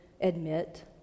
admit